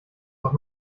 doch